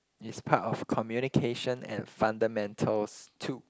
is part of communication and fundamentals two